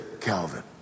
Calvin